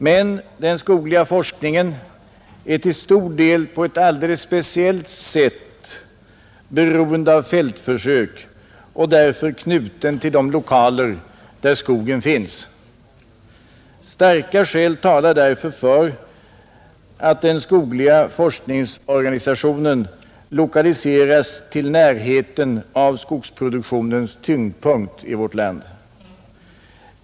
Men den skogliga forskningen är till stor del på ett alldeles speciellt sätt beroende av fältförsök och därför knuten till de lokaler där skogen finns, Starka skäl talar därför för att den skogliga forskningsorganisationen lokaliseras till närheten av skogsproduktionens tyngdpunkt i landet.